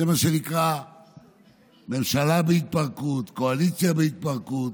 זה מה שנקרא ממשלה בהתפרקות, קואליציה בהתפרקות.